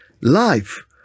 life